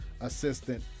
assistant